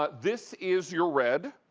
ah this is your red.